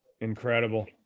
Incredible